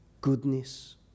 goodness